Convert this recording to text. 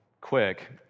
quick